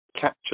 capture